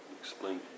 explain